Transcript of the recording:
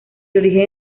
origen